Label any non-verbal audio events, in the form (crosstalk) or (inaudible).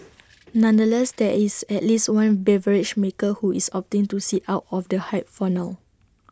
(noise) nonetheless there is at least one beverage maker who is opting to sit out of the hype for now